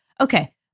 Okay